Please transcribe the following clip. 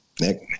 Nick